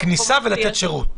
בכניסה ולתת שירות,